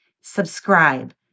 subscribe